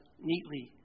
neatly